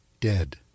Dead